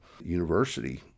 University